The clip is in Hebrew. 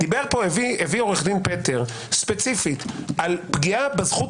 הביא עו"ד פטר ספציפית על פגיעה בזכות